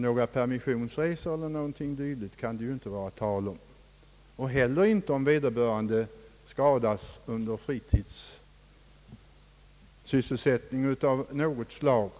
Några permissionsresor eller dylikt kan det ju inte vara tal om. Försäkringen gäller inte heller om vederbörande skadas under fritidssysselsättning av något slag.